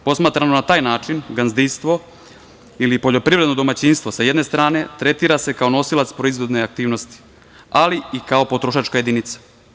Posmatrano na taj način, gazdinstvo ili poljoprivredno domaćinstvo sa jedne strane tretira se kao nosilac proizvodne aktivnosti, ali i kao potrošačka jedinica.